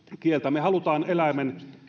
me haluamme eläimen